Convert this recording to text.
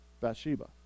Bathsheba